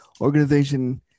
organization